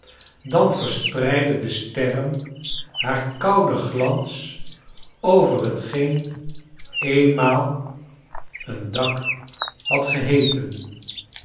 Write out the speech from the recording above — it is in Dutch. dan verspreidden de sterren haar kouden glans over lietgeen eenmaal een dak had geheeten